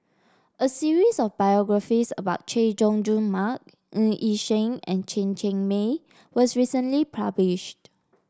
a series of biographies about Chay Jung Jun Mark Ng Yi Sheng and Chen Cheng Mei was recently published